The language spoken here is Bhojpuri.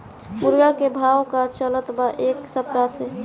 मुर्गा के भाव का चलत बा एक सप्ताह से?